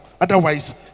Otherwise